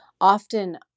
often